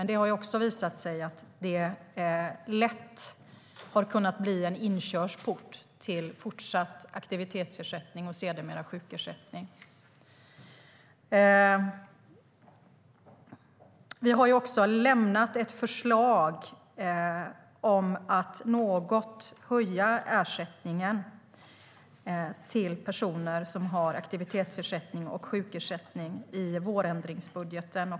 Det har visat sig att det lätt har kunnat bli en inkörsport till fortsatt aktivitetsersättning och sedermera sjukersättning. Vi har lämnat ett förslag om att något höja ersättningen till personer som har aktivitetsersättning och sjukersättning i vårändringsbudgeten.